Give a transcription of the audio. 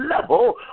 level